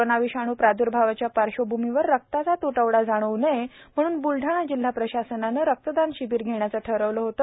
corona विषाणू प्राद्र्भावाच्या पार्श्वभूमीवर रक्ताचा त्टवडा जाणवू नये म्हणून ब्लढाणा जिल्हा प्रशासनाने रक्तदान शिबिर घेण्याचे ठरविले आहे